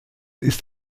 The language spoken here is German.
ist